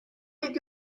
did